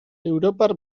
europar